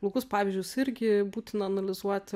blogus pavyzdžius irgi būtina analizuoti